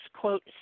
quote